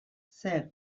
zer